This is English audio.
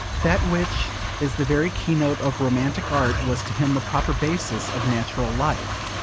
that which is the very keynote of romantic art was to him the proper basis of natural life.